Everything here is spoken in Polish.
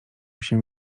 się